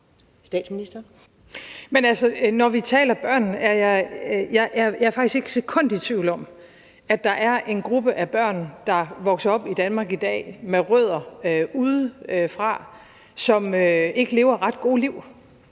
Når vi taler om børn, er jeg faktisk ikke et sekund i tvivl om, at der er en gruppe af børn med rødder udefra, der vokser op i Danmark i dag, som ikke lever ret gode liv.